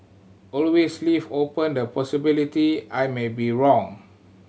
always leave open the possibility I may be wrong